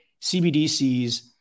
CBDCs